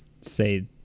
say